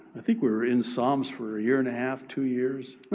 i think we were in psalms for a year and a half, two years.